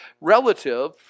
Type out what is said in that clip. relative